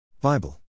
Bible